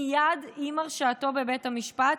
מייד עם הרשעתו בבית המשפט,